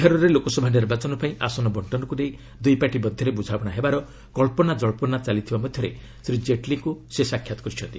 ବିହାରରେ ଲୋକସଭା ନିର୍ବାଚନ ପାଇଁ ଆସନ ବଣ୍ଟନକୁ ନେଇ ଦୁଇପାର୍ଟି ମଧ୍ୟରେ ବୁଝାମଣା ହେବାର କବ୍ରନାଜବ୍ଧନା ମଧ୍ୟରେ ସେ ଶ୍ରୀ ଜେଟଲୀଙ୍କୁ ସାକ୍ଷାତ କରିଛନ୍ତି